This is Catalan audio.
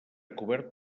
cobert